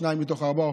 שניים מתוך ארבעה,